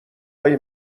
های